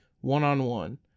one-on-one